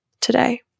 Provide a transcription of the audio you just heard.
today